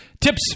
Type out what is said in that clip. tips